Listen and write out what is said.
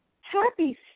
happy